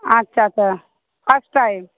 আচ্ছা আচ্ছা first time